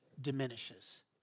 diminishes